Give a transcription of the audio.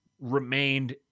remained